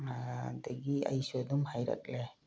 ꯑꯗꯒꯤ ꯑꯩꯁꯨ ꯑꯗꯨꯝ ꯍꯩꯔꯛꯂꯦ